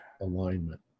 alignment